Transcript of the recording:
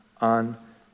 on